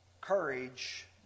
Courage